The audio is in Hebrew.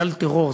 גל טרור.